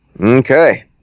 Okay